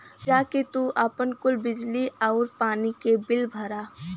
जा के तू आपन कुल बिजली आउर पानी क बिल भरा